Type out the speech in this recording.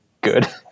good